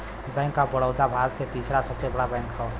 bank of Baroda Bharat के तीसरा सबसे बड़ा बैंक हौ